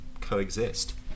coexist